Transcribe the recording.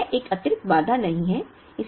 यह एक अतिरिक्त बाधा नहीं है